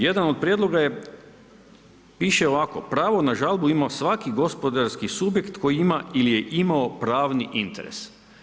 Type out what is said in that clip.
Jedan od prijedloga je, piše ovako, pravo na žalbu ima svaki gospodarski subjekt koji ima ili je imao pravni interes.